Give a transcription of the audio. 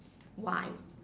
why